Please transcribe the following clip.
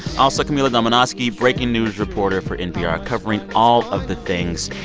also camila domonoske, yeah breaking news reporter for npr covering all of the things.